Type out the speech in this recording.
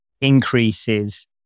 increases